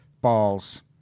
balls